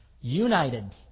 united